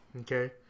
okay